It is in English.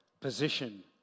position